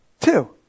Two